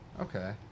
Okay